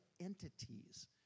entities